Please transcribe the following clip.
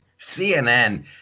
CNN